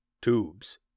Tubes